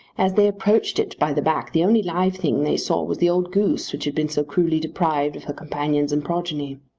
as they approached it by the back the only live thing they saw was the old goose which had been so cruelly deprived of her companions and progeny.